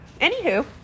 Anywho